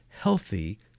healthy